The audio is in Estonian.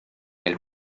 veel